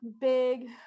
big